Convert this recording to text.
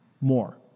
more